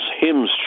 hymns